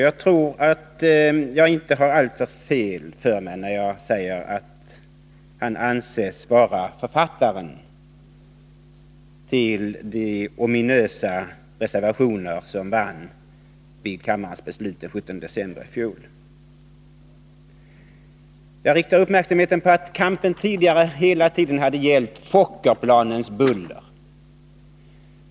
Jag tror att jag inte har alltför fel när jag säger att han anses vara författaren till de ominösa reservationer som vann vid riksdagens omröstning den 17 december i fjol. Jag riktar uppmärksamheten på att kampen tidigare hela tiden har gällt Fokkerplanens buller.